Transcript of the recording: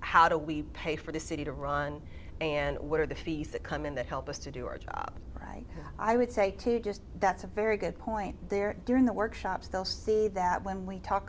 how do we pay for the city to run and what are the fisa come in that help us to do our job right i would say to just that's a very good point there during the workshops they'll see that when we talk